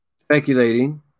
speculating